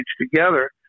together